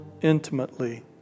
intimately